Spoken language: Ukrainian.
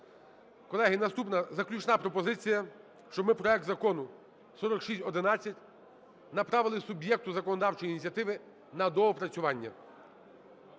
Колеги, наступна заключна пропозиція, щоб ми проект Закону 4611 направили суб'єкту законодавчої ініціативи на доопрацювання.